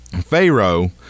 Pharaoh